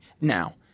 now